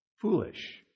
foolish